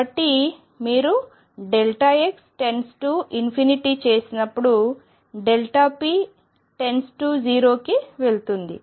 కాబట్టి మీరు x→ చేసినప్పుడు p → 0 కి వెళుతుంది